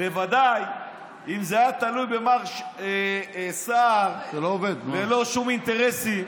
בוודאי אם זה היה תלוי במר סער ללא שום אינטרסים,